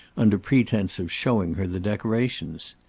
under pretence of showing her the decorations.